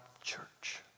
church